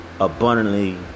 Abundantly